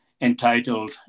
entitled